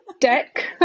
Deck